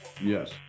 yes